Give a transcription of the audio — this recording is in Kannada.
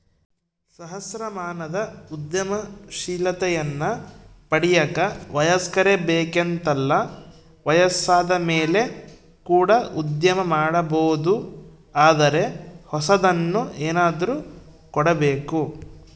ಸಹಸ್ರಮಾನದ ಉದ್ಯಮಶೀಲತೆಯನ್ನ ಪಡೆಯಕ ವಯಸ್ಕರೇ ಬೇಕೆಂತಲ್ಲ ವಯಸ್ಸಾದಮೇಲೆ ಕೂಡ ಉದ್ಯಮ ಮಾಡಬೊದು ಆದರೆ ಹೊಸದನ್ನು ಏನಾದ್ರು ಕೊಡಬೇಕು